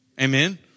Amen